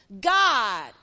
God